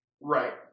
Right